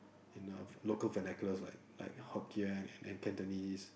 in the local vernaculars like like Hokkien and then Cantonese